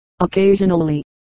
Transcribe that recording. Occasionally